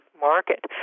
market